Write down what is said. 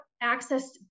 access